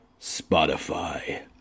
Spotify